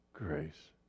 grace